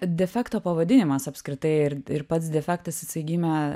defekto pavadinimas apskritai ir ir pats defektas jisai gimė